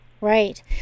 right